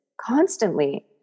constantly